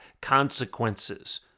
consequences